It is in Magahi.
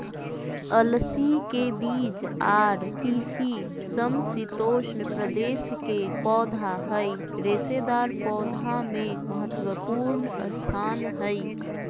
अलसी के बीज आर तीसी समशितोष्ण प्रदेश के पौधा हई रेशेदार पौधा मे महत्वपूर्ण स्थान हई